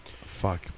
Fuck